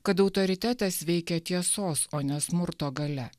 kad autoritetas veikia tiesos o ne smurto galia